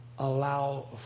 Allow